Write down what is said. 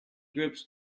groups